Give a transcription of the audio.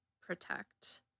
protect